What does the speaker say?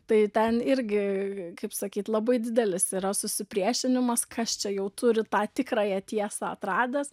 tai ten irgi kaip sakyt labai didelis yra susipriešinimas kas čia jau turi tą tikrąją tiesą atradęs